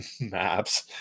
maps